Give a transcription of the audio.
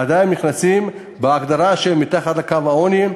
עדיין נכנסים בהגדרה של מתחת לקו העוני.